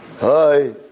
Hi